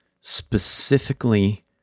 specifically